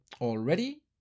already